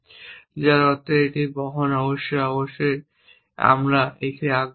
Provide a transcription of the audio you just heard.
যার অর্থ এই বহন অবশ্যই অবশ্যই আমরা এতে আগ্রহী নই